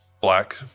Black